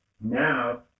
Now